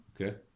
okay